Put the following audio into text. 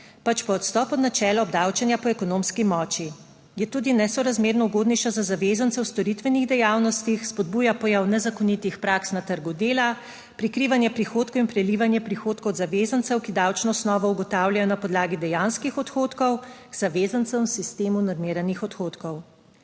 pač pa odstop od načela obdavčenja po ekonomski moči. Je tudi nesorazmerno ugodnejša za zavezance v storitvenih dejavnostih. Spodbuja pojav nezakonitih praks na trgu dela, prikrivanje prihodkov in prelivanje prihodkov od zavezancev, ki davčno osnovo ugotavljajo na podlagi dejanskih odhodkov, zavezancem v sistemu normiranih odhodkov.